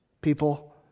people